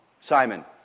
Simon